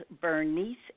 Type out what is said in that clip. Bernice